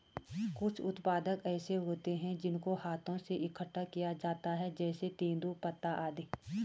कुछ उत्पाद ऐसे होते हैं जिनको हाथों से इकट्ठा किया जाता है जैसे तेंदूपत्ता आदि